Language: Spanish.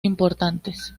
importantes